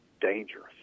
dangerous